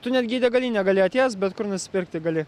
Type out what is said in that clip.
tu netgi į degalinę gali atėjęs bet kur nusipirkti gali